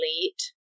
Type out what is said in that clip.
elite